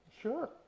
Sure